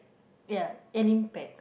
ya an impact